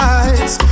eyes